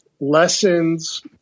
lessons –